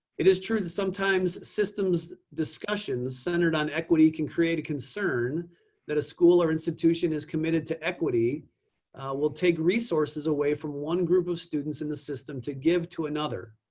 it is true that sometimes systems discussions centered on equity can create a concern that a school or institution is committed to equity will take resources away from one group of students in the system to give to another.